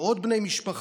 ועוד בני משפחה.